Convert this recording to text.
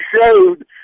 showed